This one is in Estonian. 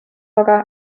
aga